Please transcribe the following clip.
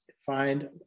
find